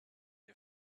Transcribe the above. and